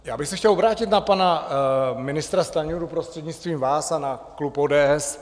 Já bych se chtěl obrátit na pana ministra Stanjuru, prostřednictvím vás, a na klub ODS.